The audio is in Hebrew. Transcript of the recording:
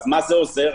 מה זה עוזר?